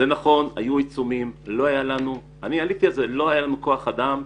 זה נכון, היו עיצומים ולא היה לנו כוח אדם,